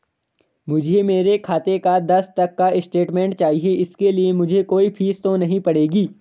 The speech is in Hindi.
मुझे मेरे खाते का दस तक का स्टेटमेंट चाहिए इसके लिए मुझे कोई फीस तो नहीं पड़ेगी?